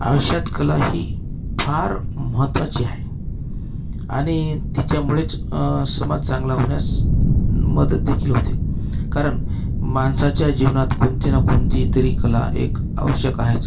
आयुष्यात कला ही फार महत्त्वाची आहे आणि तिच्यामुळेच समाज चांगला होण्यास मदत देखील होते कारण माणसाच्या जीवनात कोणती ना कोणती तरी कला एक आवश्यक आहेच